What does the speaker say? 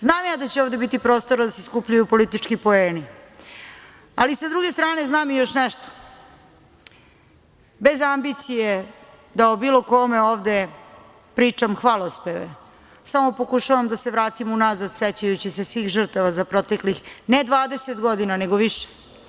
Znam ja da će ovde biti prostora da se skupljaju politički poeni, ali sa druge strane znam ja još nešto, bez ambicije da o bilo kome ovde pričam hvalospeve, samo pokušavam da se vratim unazad sećajući se svih žrtava za proteklih ne 20 godina, nego više.